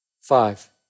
Five